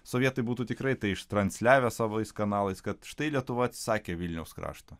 sovietai būtų tikrai tai ištransliavę savais kanalais kad štai lietuva sakė vilniaus krašto